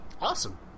awesome